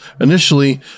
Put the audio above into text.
initially